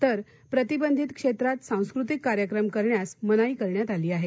तर प्रतिबंधित क्षेत्रात सांस्कृतिक कार्यक्रम करण्यास मनाई करण्यात आली आहे